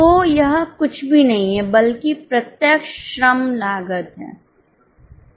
तो यह कुछ भी नहीं है बल्कि प्रत्यक्ष श्रम लागत है